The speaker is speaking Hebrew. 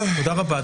תודה רבה,